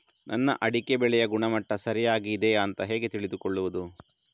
ನನ್ನ ಅಡಿಕೆ ಬೆಳೆಯ ಗುಣಮಟ್ಟ ಸರಿಯಾಗಿ ಇದೆಯಾ ಅಂತ ಹೇಗೆ ತಿಳಿದುಕೊಳ್ಳುವುದು?